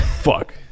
Fuck